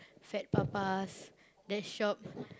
Fat-Papas that shop